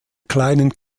kleinen